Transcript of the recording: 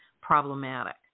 problematic